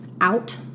out